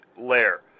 layer